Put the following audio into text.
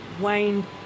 Wayne